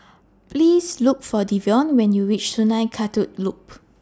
Please Look For Devon when YOU REACH Sungei Kadut Loop